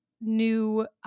new